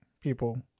people